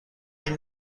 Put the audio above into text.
این